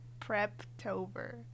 Preptober